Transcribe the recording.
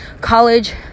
college